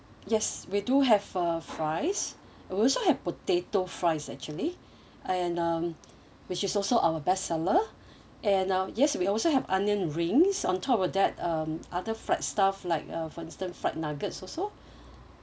yes we do have uh fries we also have potato fries actually and um which is also our best seller and um yes we also have onion rings on top of that um other fried stuff like uh for instance fried nuggets also